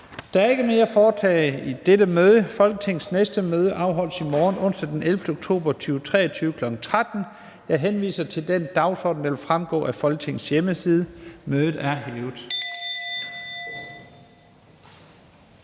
Der er ikke mere at foretage i dette møde. Folketingets næste møde afholdes i morgen, onsdag den 11. oktober 2023, kl. 13.00. Jeg henviser til den dagsorden, der vil fremgå af Folketingets hjemmeside. Mødet er hævet.